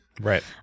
Right